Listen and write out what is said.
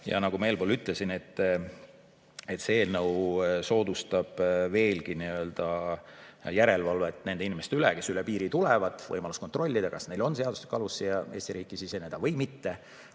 Nagu ma eespool ütlesin, see eelnõu soodustab veelgi järelevalvet nende inimeste üle, kes üle piiri tulevad. On võimalus kontrollida, kas neil on seaduslik alus Eesti riiki siseneda või mitte,